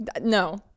No